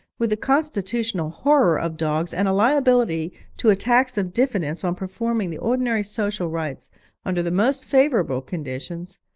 with a constitutional horror of dogs and a liability to attacks of diffidence on performing the ordinary social rites under the most favourable conditions,